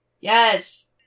Yes